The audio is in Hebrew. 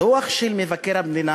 הדוח של מבקר המדינה,